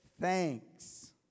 thanks